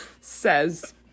Says